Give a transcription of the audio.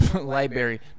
Library